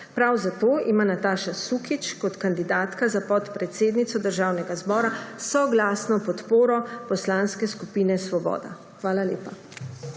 Prav zato ima Nataša Sukič kot kandidatka za podpredsednico Državnega zbora soglasno podporo Poslanske skupine Svoboda. Hvala lepa.